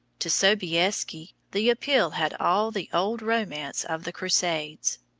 to sobieski the appeal had all the old romance of the crusades.